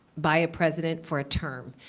by a president for a term.